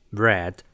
bread